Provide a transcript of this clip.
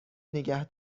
نگه